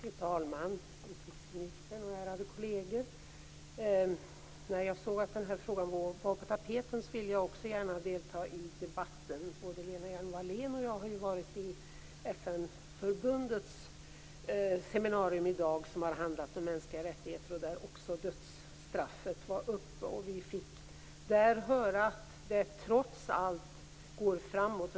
Fru talman! Utrikesministern! Ärade kolleger! När jag såg att den här frågan var på tapeten ville jag också gärna delta i debatten. Både Lena Hjelm Wallén och jag har deltagit i FN-förbundets seminarium i dag. Det handlade om mänskliga rättigheter, och dödsstraffet var också uppe. Vi fick där höra att det trots allt går framåt.